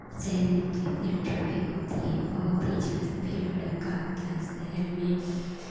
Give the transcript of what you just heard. शहर में तो इतनी ट्रैफिक होती है बहुत ही ज़्यादा भीड़ भड़क्का होता है शहर में